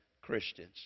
Christians